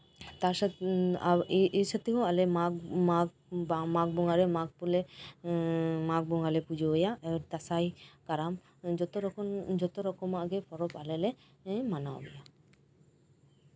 ᱮᱭ ᱥᱟᱛᱷᱮ ᱦᱚᱸ ᱟᱞᱮ ᱢᱟᱜᱽ ᱵᱚᱸᱜᱟᱨᱮ ᱢᱟᱜᱽ ᱠᱚᱞᱮ ᱢᱟᱜᱽ ᱵᱚᱸᱜᱟᱮ ᱯᱩᱡᱟᱹ ᱟᱭᱟ ᱫᱟᱸᱥᱟᱭ ᱠᱟᱨᱟᱢ ᱡᱚᱛᱚ ᱨᱚᱠᱚᱢᱟᱜ ᱯᱚᱨᱚᱵᱽ ᱜᱮ ᱟᱞᱮ ᱞᱮ ᱢᱟᱱᱟᱣᱟ